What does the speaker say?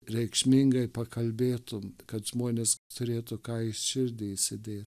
reikšmingai pakalbėtum kad žmonės turėtų ką į širdį įsidėt